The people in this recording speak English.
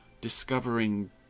discovering